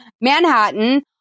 Manhattan